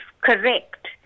correct